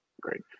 great